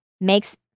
makes